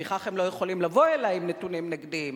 לפיכך הם לא יכולים לבוא אלי עם נתונים נגדיים,